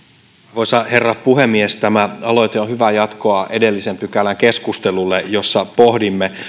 arvoisa herra puhemies tämä aloite on hyvää jatkoa edellisen pykälän keskustelulle jossa pohdimme